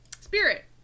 Spirit